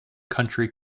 county